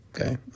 Okay